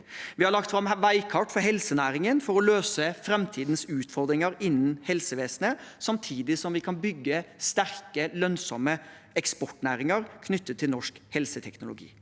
Vi har lagt fram et veikart for helsenæringen for å løse framtidens utfordringer innen helsevesenet, samtidig som vi kan bygge sterke, lønnsomme eksportnæringer knyttet til norsk helseteknologi.